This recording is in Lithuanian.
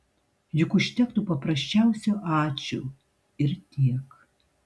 juk užtektų paprasčiausio ačiū ir tiek